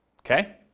Okay